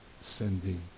sending